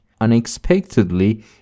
Unexpectedly